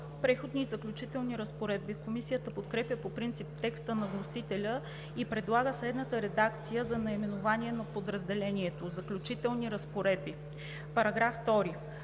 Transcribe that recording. „Преходни и заключителни разпоредби.“ Комисията подкрепя по принцип текста на вносителя и предлага следната редакция за наименованието на подразделението: „Заключителни разпоредби“. Предложение